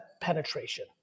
penetration